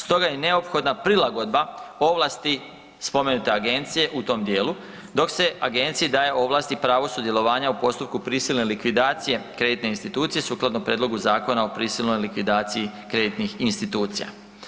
Stoga je neophodna prilagodba ovlasti spomenute agencije u tom dijelu, dok se Agenciji daje ovlasti i pravo sudjelovanja u postupku prisilne likvidacije kreditne institucije sukladno Prijedlogu Zakona o prisilnoj likvidaciji kreditnih institucija.